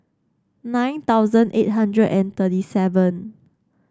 nine thousand eight hundred and thirty seven